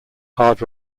hard